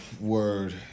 Word